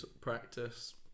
practice